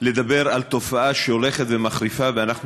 לדבר על תופעה שהולכת ומחריפה ואנחנו